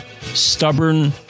stubborn